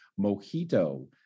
Mojito